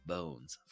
Bones